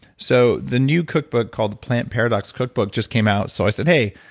so the new cookbook called the plant paradox cookbook just came out. so i said, hey,